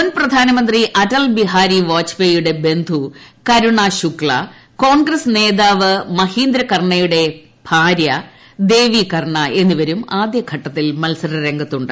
മുൻ പ്രധാനമന്ത്രി അടൽ ബിഹാരി വാജ്പേയിയുടെ ബന്ധു കരുണാ ശുക്ല കോൺഗ്രസ് നേതാവ് മഹീന്ദ്ര കർണയുടെ ഭാര്യ ദേവീ കർണ എന്നിവരും ആദ്യഘട്ടത്തിൽ മത്സരരംഗത്തുണ്ട്